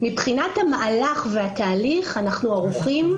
מבחינת המהלך והתהליך אנחנו ערוכים.